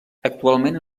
actualment